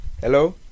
Hello